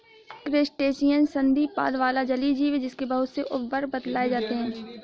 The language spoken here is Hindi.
क्रस्टेशियन संधिपाद वाला जलीय जीव है जिसके बहुत से उपवर्ग बतलाए जाते हैं